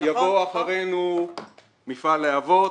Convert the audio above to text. יבואו אחרינו מפעל "להבות",